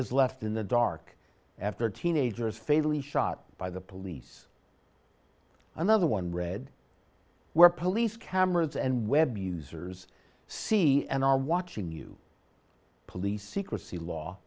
is left in the dark after teenagers fatally shot by the police another one read where police cameras and web users see and are watching you police secrecy law